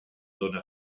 done